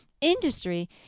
industry